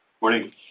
Morning